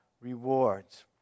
rewards